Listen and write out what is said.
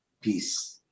Peace